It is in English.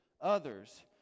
others